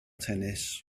tennis